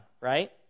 right